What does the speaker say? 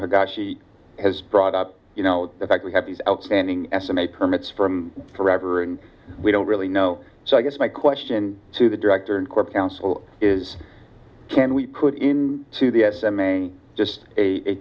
a guy she has brought up you know the fact we have these outstanding estimate permits from forever and we don't really know so i guess my question to the director and core principle is can we put in to the s m a just a